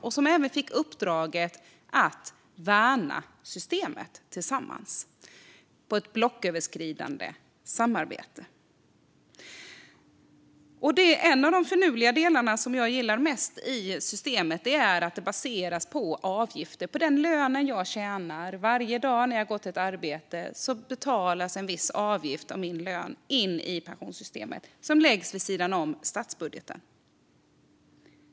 Vi fick även uppdraget att värna systemet tillsammans i ett blocköverskridande samarbete. En av de finurliga delarna som jag gillar mest i systemet är att det baseras på avgifter. På den lön jag tjänar varje dag när jag går till ett arbete betalas en avgift in i pensionssystemet som läggs vid sidan om statsbudgeten.